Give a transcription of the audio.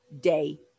day